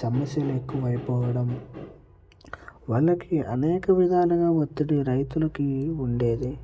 సమస్యలు ఎక్కువైపోవడం వాళ్ళకి అనేక విధాలుగా ఒత్తిడి రైతులకి ఉండేది